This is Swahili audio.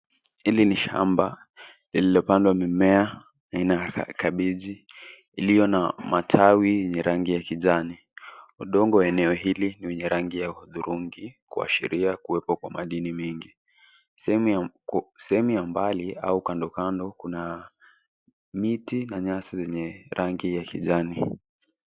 Hili ni shamba lililopandwa mimea aina ya kabeji iliyo na matawi yenye rangi ya kijani. Udongo eneo hili ni wenye rangi ya hudhurungi kuashiria kuwepo kwa madini mengi. Sehemu ya mbali au kando kando kuna miti na nyasi zenye rangi ya kijani.